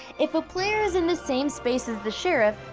if a player is in the same space as the sheriff,